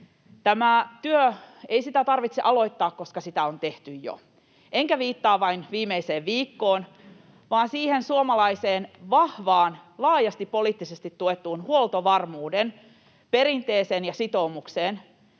Tätä työtä ei tarvitse aloittaa, koska sitä on tehty jo, enkä viittaa vain viimeiseen viikkoon, vaan siihen suomalaiseen vahvaan, laajasti poliittisesti tuettuun huoltovarmuuden perinteeseen ja sitoumukseen,